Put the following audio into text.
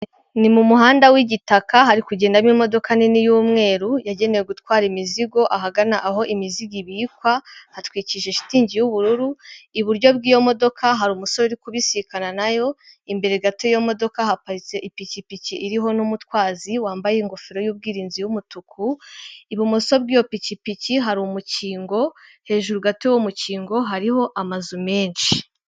Ni mu muhanda w'igitaka hari kugendamo imodoka nini y'umweru yagenewe gutwara imizigo, ahagana aho imizigo ibikwa hatwikirije shitingi y'ubururu, iburyo bw'iyo modoka hari umusore uri kubisikana nayo, imbere gato y'iyo modoka haparitse ipikipiki iriho n'umutwazi wambaye ingofero y'ubwirinzi y'umutuku, ibumoso bw'iyo pikipiki hari umukingo hejuru gato y'uwo mukingo hariho amazu menshi.